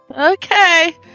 Okay